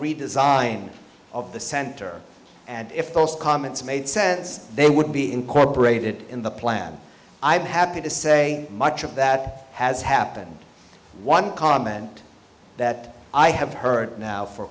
redesign of the center and if those comments made sense they would be incorporated in the plan i'm happy to say much of that has happened one comment that i have heard now for